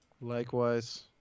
likewise